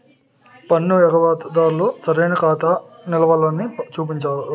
పన్ను ఎగవేత దారులు సరైన ఖాతా నిలవలని చూపించరు